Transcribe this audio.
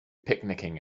picnicking